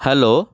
hello